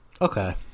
Okay